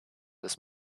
this